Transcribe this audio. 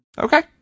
Okay